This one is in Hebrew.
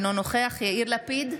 אינו נוכח יאיר לפיד,